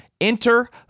Enter